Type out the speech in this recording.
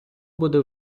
буде